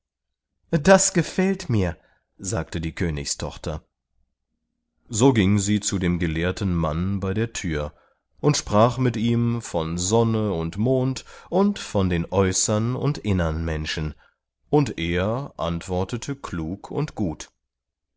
das gefällt mir sagte die königstochter so ging sie zu dem gelehrten mann bei der thür und sprach mit ihm von sonne und mond und von den äußern und innern menschen und er antwortete klug und gut